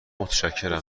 متشکرم